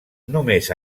només